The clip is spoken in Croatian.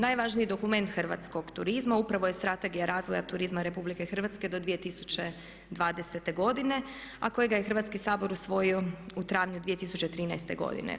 Najvažniji dokument hrvatskog turizma upravo je Strategija razvoja turizma RH do 2020. godine a kojega je Hrvatski sabor usvojio u travnju 2013. godine.